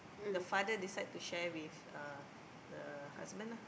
the father decide to share with uh the husband ah